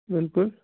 بلکُل